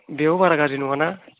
बेयावबो बारा गाज्रि नङा ना